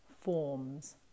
forms